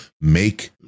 Make